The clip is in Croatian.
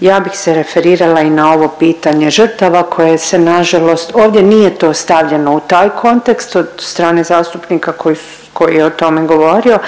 ja bih se referirala i na ovo pitanje žrtava koje se nažalost, ovdje nije to stavljeno u taj kontekst od strane zastupnika koji je o tome govorio,